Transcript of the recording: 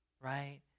right